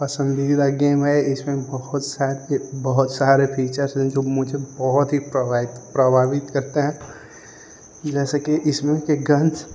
पसन्दीदा गेम है इसमें बहुत सारे बहुत सारे फ़ीचर्स हैं जो मुझे बहुत ही प्रवाहित प्रभावित करते हैं जैसे कि इसमें के गन्स